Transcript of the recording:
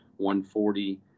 140